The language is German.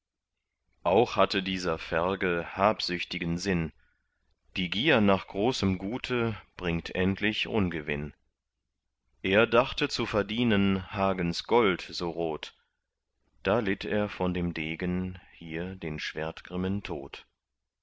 auch hatte dieser ferge habsüchtgen sinn die gier nach großem gute bringt endlich ungewinn er dachte zu verdienen hagens gold so rot da litt er von dem degen hier den schwertgrimmen tod